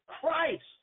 Christ